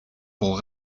pour